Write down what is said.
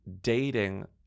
dating